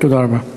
תודה רבה.